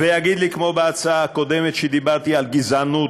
ויגיד לי, כמו בהצעה הקודמת, שבה דיברתי על גזענות